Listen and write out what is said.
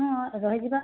ହଁ ରହିଯିବା